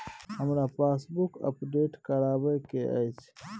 हमरा passbook update करैबे के अएछ?